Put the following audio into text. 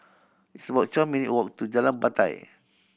it's about twelve minute walk to Jalan Batai